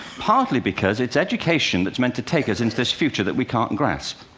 partly because it's education that's meant to take us into this future that we can't grasp.